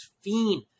fiend